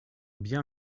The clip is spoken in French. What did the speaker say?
bien